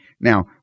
Now